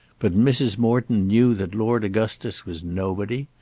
but mrs. morton knew that lord augustus was nobody,